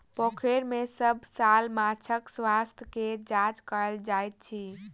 पोखैर में सभ साल माँछक स्वास्थ्य के जांच कएल जाइत अछि